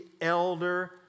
elder